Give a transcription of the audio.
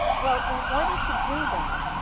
well in order to do that,